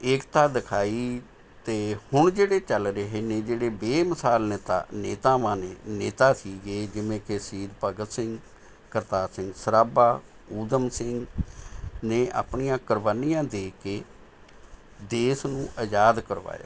ਏਕਤਾ ਦਿਖਾਈ ਅਤੇ ਹੁਣ ਜਿਹੜੇ ਚੱਲ ਰਹੇ ਨੇ ਜਿਹੜੇ ਬੇਮਿਸਾਲ ਨੇਤਾ ਨੇਤਾਵਾਂ ਨੇ ਨੇਤਾ ਸੀਗੇ ਜਿਵੇਂ ਕਿ ਸ਼ਹੀਦ ਭਗਤ ਸਿੰਘ ਕਰਤਾਰ ਸਿੰਘ ਸਰਾਭਾ ਊਧਮ ਸਿੰਘ ਨੇ ਆਪਣੀਆਂ ਕੁਰਬਾਨੀਆਂ ਦੇ ਕੇ ਦੇਸ਼ ਨੂੰ ਆਜ਼ਾਦ ਕਰਵਾਇਆ